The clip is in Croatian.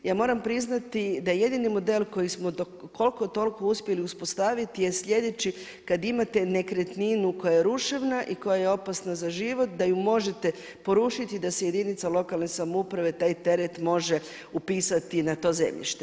Ja moram priznati da jedini model kojeg smo do koliko toliko uspjeli uspostaviti je sljedeći, kada imate nekretninu koja je ruševna i koja je opasna za život da ju možete porušiti da si jedinica lokalne samouprave taj teret može upisati na to zemljište.